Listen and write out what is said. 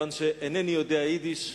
כיוון שאינני יודע יידיש,